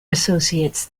associates